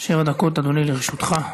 שבע דקות, אדוני, לרשותך.